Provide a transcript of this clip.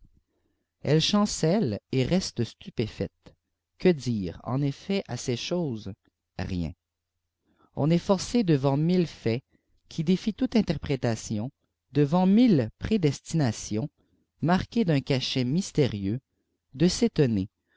elle diiancêli et reste stupéite quedire eneffet àces chces rieh ki est forcé devant mille faits qui défient toute interprétation devant miue prédestinations marquées d'un cachet mystérieux de s'étonner